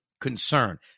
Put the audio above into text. concern